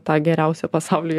tą geriausią pasaulyje